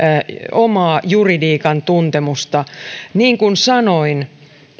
omaa juridiikan tuntemustaan niin kuin sanoin